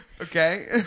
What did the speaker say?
Okay